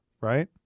right